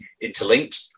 interlinked